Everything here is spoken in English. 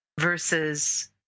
Versus